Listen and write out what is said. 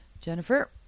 jennifer